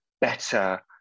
better